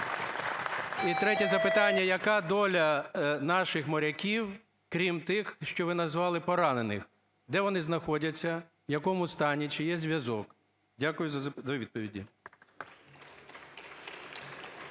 і третє запитання. Яка доля наших моряків, крім тих, що ви назвали поранених? Де вони знаходяться? В якому стані? Чи є зв'язок? Дякую за відповіді.